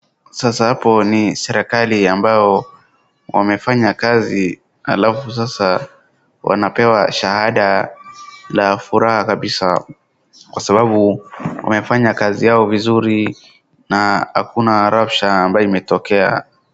Sasa hapo ni serikali ambayo wamefanya kazi halafu sasa wanapewa shahada la furaha kabisaa kwa sababu wamefanya kazi yao vizuri na hakuna rabsha ambayo imetokea.